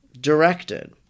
directed